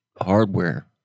hardware